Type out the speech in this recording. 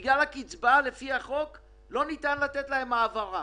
אמרו שבגלל הקצבה לא ניתן לתת להם העברה